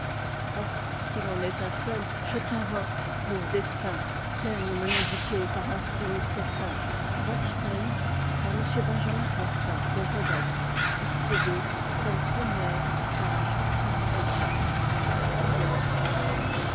ah s'ii en est un seul je n'invoque au destin daigne me l'indiquer par un signe certain walstein par m benjamin constant de rebeeqml acte h scène t page